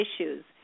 issues